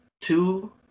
two